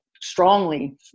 strongly